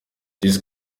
this